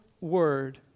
word